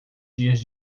dias